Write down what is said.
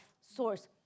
source